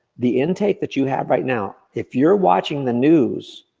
the intake that you have right now, if you're watching the news,